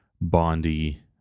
Bondy